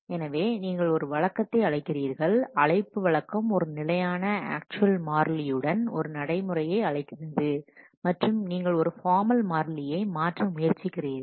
எனவே நீங்கள் ஒரு வழக்கத்தை அழைக்கிறீர்கள் அழைப்பு வழக்கம் ஒரு நிலையான ஆக்சுவல் மாறிலியுடன் ஒரு நடைமுறையை அழைக்கிறது மற்றும் நீங்கள் ஒரு ஃபார்மல் மாறிலியை மாற்ற முயற்சிக்கிறீர்கள்